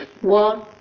one